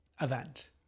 event